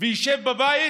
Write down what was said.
וישב בבית